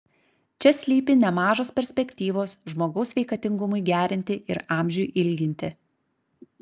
čia slypi nemažos perspektyvos žmogaus sveikatingumui gerinti ir amžiui ilginti